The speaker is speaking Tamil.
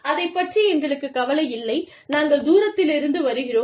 அதைப் பற்றி எங்களுக்குக் கவலை இல்லை நாங்கள் தூரத்திலிருந்து வருகிறோம்